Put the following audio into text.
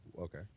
okay